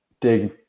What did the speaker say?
dig